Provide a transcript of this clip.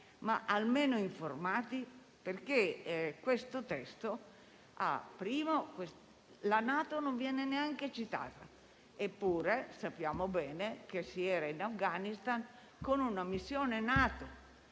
almeno informati? In questo testo, la NATO non viene neanche citata. Eppure, sappiamo bene che si era in Afghanistan con una missione NATO